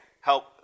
help